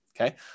okay